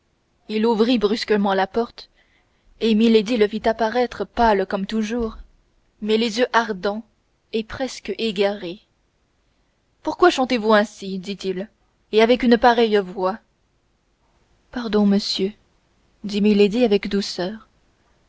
il ouvrit brusquement la porte et milady le vit apparaître pâle comme toujours mais les yeux ardents et presque égarés pourquoi chantez-vous ainsi dit-il et avec une pareille voix pardon monsieur dit milady avec douceur